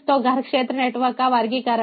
तो घर क्षेत्र नेटवर्क का वर्गीकरण